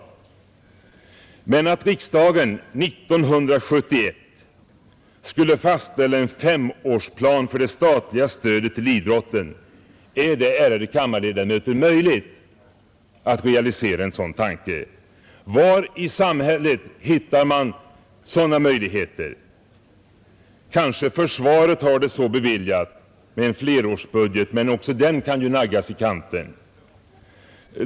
Men är det, ärade kammarledamöter, möjligt att riksdagen 1971 skulle fastställa en femårsplan för det statliga stödet till idrotten? Var i samhället hittar man sådana möjligheter? Kanske försvaret har det så beviljat med en flerårsbudget, men också den kan naggas i kanten.